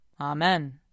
Amen